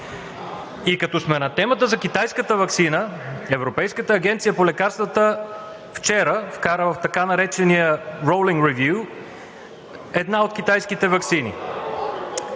И като сме на темата за китайската ваксина, Европейската агенция по лекарствата вчера вкара в така наречения rolling review една от китайските ваксини.